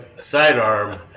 sidearm